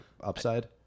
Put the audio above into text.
upside